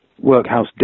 workhouse